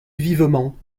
vivement